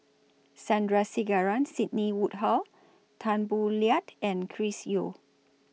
Sandrasegaran Sidney Woodhull Tan Boo Liat and Chris Yeo